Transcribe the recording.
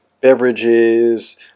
beverages